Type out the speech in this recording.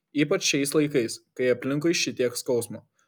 ypač šiais laikais kai aplinkui šitiek skausmo